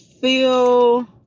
feel